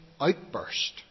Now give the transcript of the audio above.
outburst